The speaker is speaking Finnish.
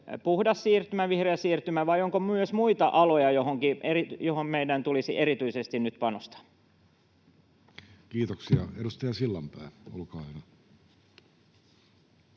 puhdas siirtymä, vihreä siirtymä, vai onko myös muita aloja, joihin meidän tulisi erityisesti nyt panostaa? [Speech 356] Speaker: